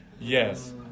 Yes